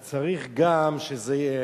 אז צריך גם שזה יהיה